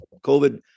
COVID